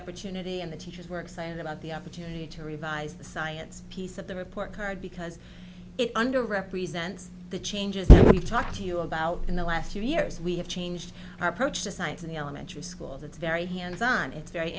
opportunity and the teachers were excited about the opportunity to revise the science piece of the report card because it under represents the changes we talked to you about in the last few years we have changed our approach to science in the elementary schools it's very hands on it's very